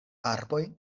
arboj